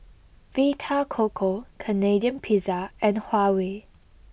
Vita Coco Canadian Pizza and Huawei